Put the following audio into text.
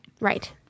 Right